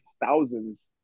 thousands